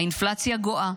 האינפלציה גואה,